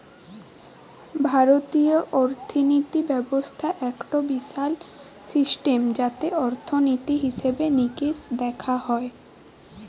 ভারতীয় অর্থিনীতি ব্যবস্থা একটো বিশাল সিস্টেম যাতে অর্থনীতি, হিসেবে নিকেশ দেখা হয়